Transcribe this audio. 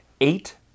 Eight